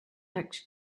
act